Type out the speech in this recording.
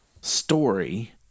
story